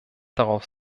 darauf